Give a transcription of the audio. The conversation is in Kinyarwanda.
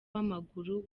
w’amaguru